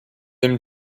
him